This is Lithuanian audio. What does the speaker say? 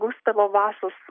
gustavo vasos